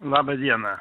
laba diena